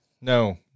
no